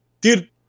dude